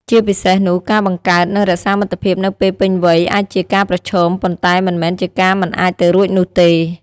ជាពិសេសនោះ ការបង្កើត និងរក្សាមិត្តភាពនៅពេលពេញវ័យអាចជាការប្រឈម ប៉ុន្តែមិនមែនជាការមិនអាចទៅរួចនោះទេ។